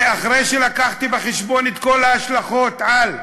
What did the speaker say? ואחרי שלקחתי בחשבון את כל ההשלכות על ארגונים,